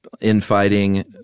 infighting